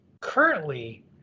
currently